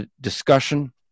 discussion